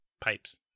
pipes